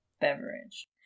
beverage